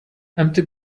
empty